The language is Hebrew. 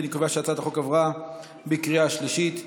אני קובע שהצעת החוק עברה בקריאה שלישית,